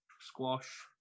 Squash